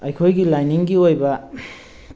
ꯑꯩꯈꯣꯏꯒꯤ ꯂꯥꯏꯅꯤꯡꯒꯤ ꯑꯣꯏꯕ